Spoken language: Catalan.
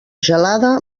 gelada